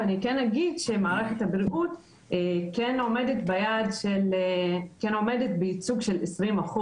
ואני כן אגיד שמערכת הבריאות עומדת בייצוג של 20%,